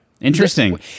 interesting